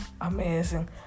amazing